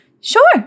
Sure